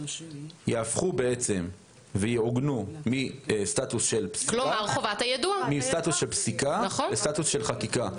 יהפכו ויעוגנו מסטטוס של פסיקה לסטטוס של חקיקה.